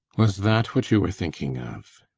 was that what you were thinking of?